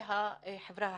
והחברה החרדית?